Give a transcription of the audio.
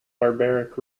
barbaric